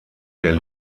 der